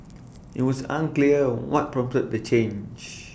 IT was unclear what prompted the change